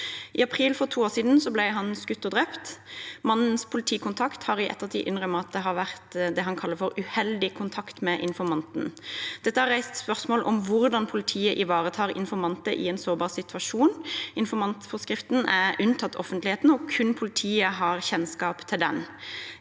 I april for to år siden ble han skutt og drept. Mannens politikontakt har i ettertid innrømmet at det har vært det han kaller for uheldig kontakt med informanten. Dette har reist spørsmål om hvordan politiet ivaretar informanter i en sårbar situasjon. Informantforskriften er unntatt offentligheten, og kun politiet har kjennskap til den.